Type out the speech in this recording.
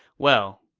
well,